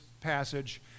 passage